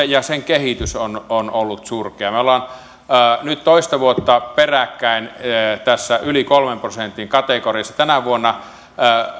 ja sen kehitys on on ollut surkea me olemme nyt toista vuotta peräkkäin tässä yli kolmen prosentin kategoriassa tänä vuonna